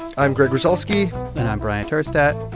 i'm greg rosalsky and i'm bryant urstadt.